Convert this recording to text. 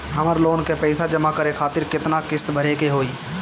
हमर लोन के पइसा जमा करे खातिर केतना किस्त भरे के होई?